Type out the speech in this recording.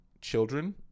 children